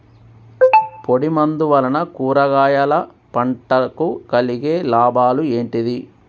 పొడిమందు వలన కూరగాయల పంటకు కలిగే లాభాలు ఏంటిది?